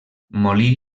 molí